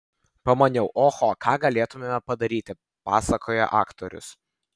pamaniau oho ką galėtumėme padaryti pasakoja aktorius